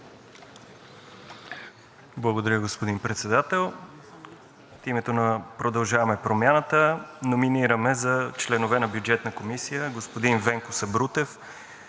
Благодаря, господин Председател. От името на „Продължаваме Промяната“ номинираме за членове на Бюджетната комисия господин Венко Сабрутев,